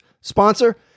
sponsor